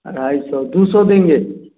अढ़ाई सौ दू सौ देंगे